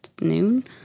noon